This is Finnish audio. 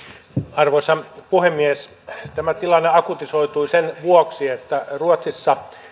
arvoisa puhemies tämä tilanne akutisoitui sen vuoksi että ruotsissa